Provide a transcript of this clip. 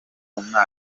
umwana